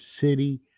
City